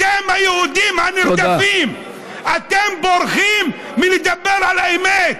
אתם, היהודים הנרדפים, אתם בורחים מלדבר על האמת.